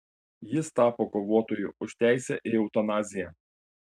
jis tapo kovotoju už teisę į eutanaziją